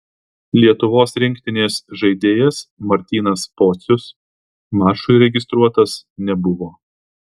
lietuvos rinktinės žaidėjas martynas pocius mačui registruotas nebuvo